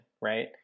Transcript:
right